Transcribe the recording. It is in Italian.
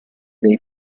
dei